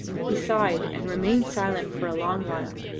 he sighed and remained silent for a long while.